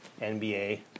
NBA